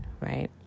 Right